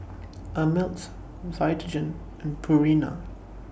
Ameltz Vitagen and Purina